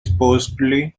supposedly